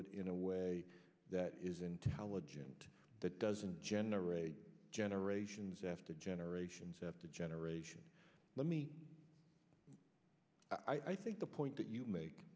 it in a way that is intelligent that doesn't generate generations after generations after generations let me i think the point that you make